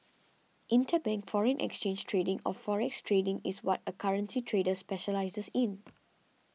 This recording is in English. interbank foreign exchange trading or forex trading is what a currency trader specialises in